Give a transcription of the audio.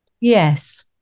Yes